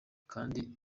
kandi